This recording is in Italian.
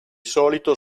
solito